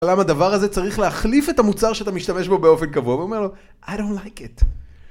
למה הדבר הזה צריך להחליף את המוצר שאתה משתמש בו באופן קבוע? והוא אומר לו, I don't like it.